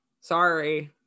sorry